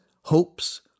hopes